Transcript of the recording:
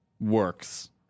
works